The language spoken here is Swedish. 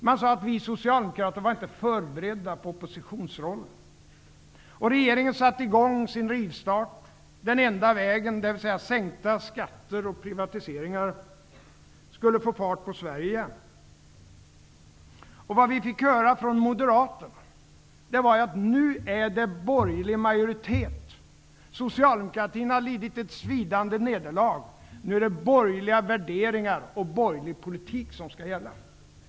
Man sade att vi socialdemokrater inte var förberedda på oppositionsrollen. Regeringen satte i gång sin rivstart. Den ''enda'' vägen, dvs. sänkta skatter och privatiseringar, skulle få fart på Sverige igen. Det vi fick höra från Moderaterna var att det nu är borgerlig majoritet. Socialdemokratin har lidit ett svidande nederlag. Nu är det borgerliga värderingar och borgerlig politik som skall gälla.